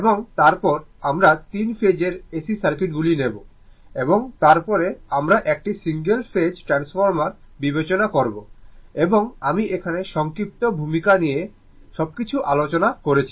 এবং তারপরে আমরা তিন ফেজ এর AC সার্কিট গুলি নেব এবং তারপরে আমরা একটি সিঙ্গেল ফেজ ট্রান্সফর্মার বিবেচনা করব এবং আমি এখানে সংক্ষিপ্ত ভূমিকাতে নিয়ে সবকিছু আলোচনা করেছি